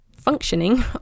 functioning